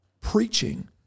preaching